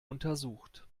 untersucht